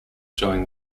showing